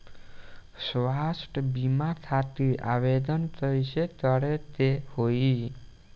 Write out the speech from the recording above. स्वास्थ्य बीमा खातिर आवेदन कइसे करे के होई?